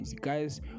Guys